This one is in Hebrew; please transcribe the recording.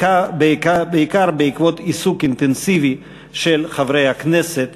בעיקר בעקבות עיסוק אינטנסיבי של חברי הכנסת